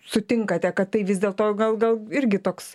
sutinkate kad tai vis dėl to gal gal irgi toks